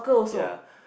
ya